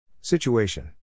Situation